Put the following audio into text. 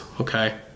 Okay